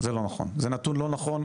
זה נתון לא נכון.